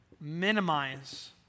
minimize